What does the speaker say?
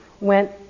went